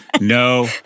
No